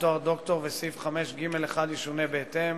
תואר דוקטור וסעיף 5ג(1) ישונה בהתאם,